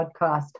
podcast